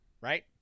right